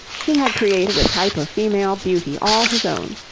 he had created a type of female beauty all his own.